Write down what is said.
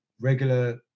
regular